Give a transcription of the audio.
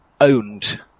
owned